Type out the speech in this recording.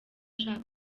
ashaka